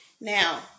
Now